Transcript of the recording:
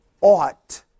ought